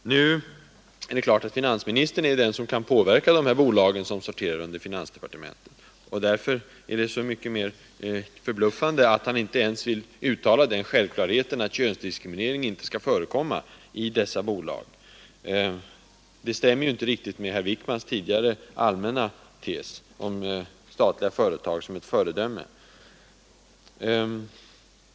Nu är det klart att finansministern är den som kan påverka de här bolagen som sorterar under finansdepartementet. Därför är det så mycket mer förbluffande att han inte ens vill uttala den självklarheten att könsdiskriminering inte skall förekomma i dessa bolag. Det stämmer inte riktigt med herr Wickmans tidigare allmänna tes om statliga företag som ett föredöme.